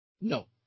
No